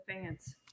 fans